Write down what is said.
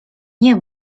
nie